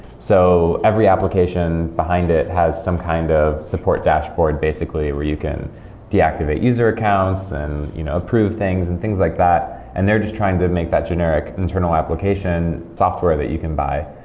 so every application behind it has some kind of support dashboard basically, where you can deactivate user accounts and you know approve things and things like that. and they're just trying to make that generic internal application software that you can buy.